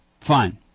fine